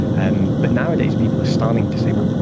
and but nowadays people are starting to say, well,